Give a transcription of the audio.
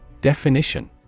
Definition